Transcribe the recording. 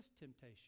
temptation